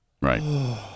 Right